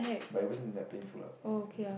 but it wasn't that panful lah